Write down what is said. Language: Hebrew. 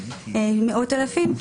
מאות אלפים,